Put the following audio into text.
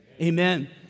Amen